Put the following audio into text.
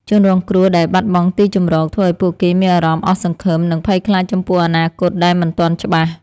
ជនរងគ្រោះដែលបាត់បង់ទីជម្រកធ្វើឱ្យពួកគេមានអារម្មណ៍អស់សង្ឃឹម និងភ័យខ្លាចចំពោះអនាគតដែលមិនទាន់ច្បាស់។